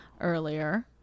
earlier